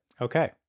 Okay